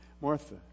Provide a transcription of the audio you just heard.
Martha